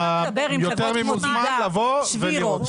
אתה יותר ממוזמן לבוא ולראות.